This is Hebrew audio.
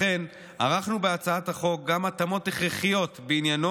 לכן ערכנו בהצעת החוק גם התאמות הכרחיות בעניינו